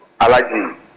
Allergy